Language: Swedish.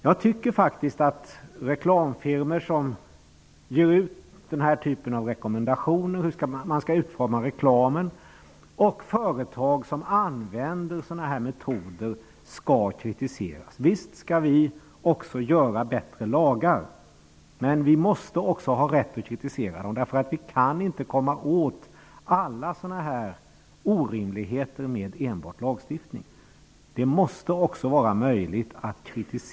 Jag tycker faktiskt att reklamfirmor som ger sådana här rekommendationer om hur man skall utforma reklamen och företag som använder sådana här metoder skall kritiseras. Visst skall vi stifta bättre lagar, men vi måste också ha rätt att kritisera företagen. Vi kan inte komma åt alla orimligheter med enbart lagstiftning.